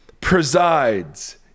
presides